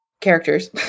characters